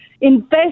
invest